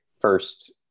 first